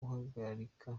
uhagarika